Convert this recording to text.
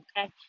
Okay